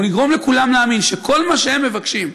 נגרום לכולם להאמין שכל מה שהם מבקשים,